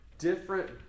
Different